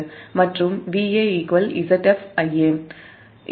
மற்றும் Va Zf Ia